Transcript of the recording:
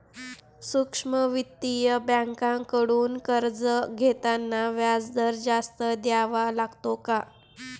सूक्ष्म वित्तीय बँकांकडून कर्ज घेताना व्याजदर जास्त द्यावा लागतो का?